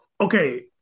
okay